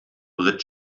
bridge